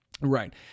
Right